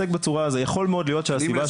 יכול מאוד להיות שהסיבה שהייתה --- אני